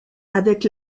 avec